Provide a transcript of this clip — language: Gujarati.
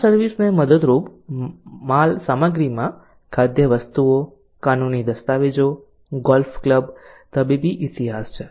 આ સર્વિસ ને મદદરૂપ માલસામગ્રીમાં ખાદ્ય વસ્તુઓ કાનૂની દસ્તાવેજો ગોલ્ફ ક્લબ તબીબી ઇતિહાસ છે